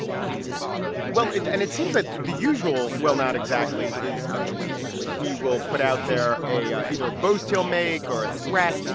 not exactly well, it and it seems that the usual well, not exactly, is a tweet. he will put out there a a either a boast he'll make or a threat.